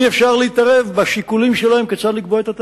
גם אי-אפשר להתערב בשיקולים שלהם כיצד לקבוע את התעריפים.